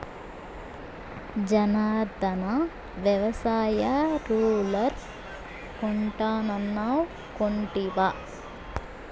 జనార్ధన, వ్యవసాయ రూలర్ కొంటానన్నావ్ కొంటివా